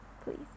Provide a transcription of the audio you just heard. Please